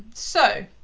so